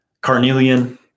Carnelian